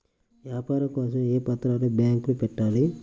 వ్యాపారం కోసం ఏ పత్రాలు బ్యాంక్లో పెట్టాలి?